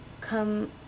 Come